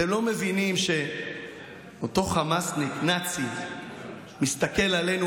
אתם לא מבינים שאותו חמאסניק נאצי שמסתכל עלינו,